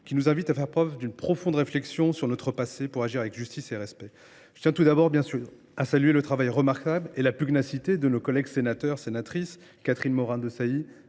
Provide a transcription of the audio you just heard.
et nous invite à faire preuve d’une profonde réflexion sur notre passé et à agir avec justice et respect. Je tiens tout d’abord, bien sûr, à saluer le travail remarquable et la pugnacité de nos collègues Catherine Morin Desailly,